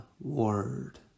word